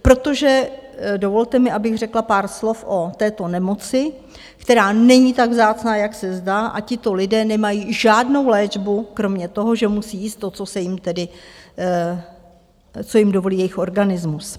Protože, dovolte mi, abych řekla pár slov o této nemoci, která není tak vzácná, jak se zdá a tito lidé nemají žádnou léčbu, kromě toho, že musí jíst to, co jim tedy dovolí jejich organismus.